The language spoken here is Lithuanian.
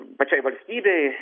ir pačiai valstybei